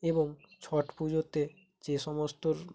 এবং ছট পুজোতে যে সমস্ত